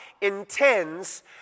intends